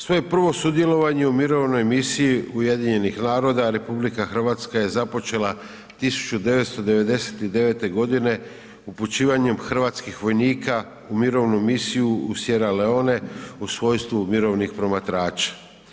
Svoje prvo sudjelovanje u mirovnoj misiji UN-a RH je započela 1999. godine upućivanjem hrvatskih vojnika u mirovinu misiju u Sierra Leone u svojstvu mirovnih promatrača.